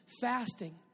fasting